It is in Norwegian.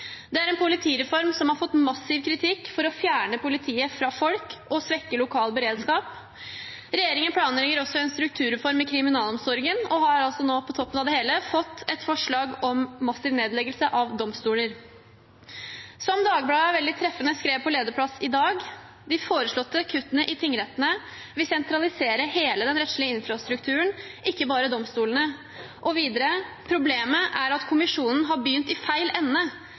Det er en politireform som har fått massiv kritikk for å fjerne politiet fra folk og å svekke lokal beredskap. Regjeringen planlegger også en strukturreform i kriminalomsorgen og har nå, på toppen av det hele, fått et forslag om massiv nedlegging av domstoler. Som Dagbladet veldig treffende skrev på lederplass i dag: «De foreslåtte kuttene i tingrettene vil sentralisere hele den rettslige infrastrukturen, ikke bare domstolene.» Og videre: «Problemet er at kommisjonen har begynt i feil ende.